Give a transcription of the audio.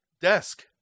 desk